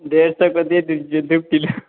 दे सको दे दीजिए दो किलो